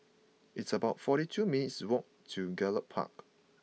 it's about forty two minutes' walk to Gallop Park